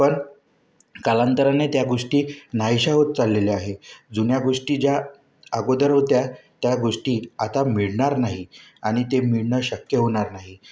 पण कालांतराने त्या गोष्टी नाहीशा होत चाललेल्या आहे जुन्या गोष्टी ज्या अगोदर होत्या त्या गोष्टी आता मिळणार नाही आणि ते मिळणं शक्य होणार नाही